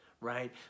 right